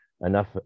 enough